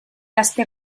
aste